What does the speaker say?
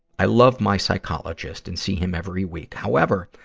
i love my psychologist and see him every week. however,